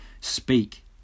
speak